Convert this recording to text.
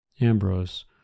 Ambrose